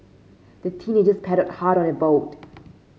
the teenagers paddled hard on they boat